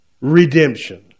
redemption